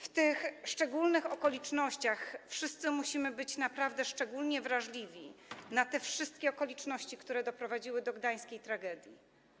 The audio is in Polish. W tych szczególnych okolicznościach wszyscy musimy być naprawdę szczególnie wrażliwi na te wszystkie okoliczności, które doprowadziły do gdańskiej tragedii.